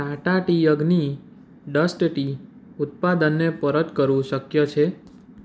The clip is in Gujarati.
Tata tea Agni dust tea ઉત્પાદનને પરત કરવું શક્ય છે